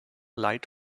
light